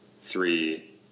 three